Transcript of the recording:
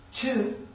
two